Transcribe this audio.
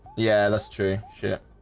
yeah, that's true shit